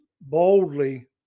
boldly